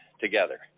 together